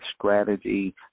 strategy